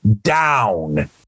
down